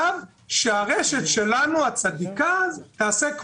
כי הסוגיה שעומדת פה היום היא לא בריאותית בכלל,